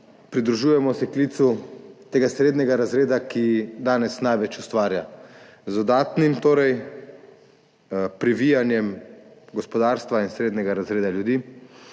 pridružujemo se klicu srednjega razreda, ki danes največ ustvarja. Z dodatnim privijanjem gospodarstva in srednjega razreda ljudi